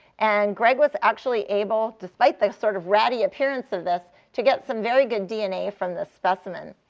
and greg was actually able, despite the sort of ratty appearance of this, to get some very good dna from this specimen.